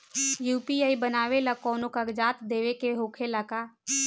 UPI बनावेला कौनो कागजात देवे के होखेला का?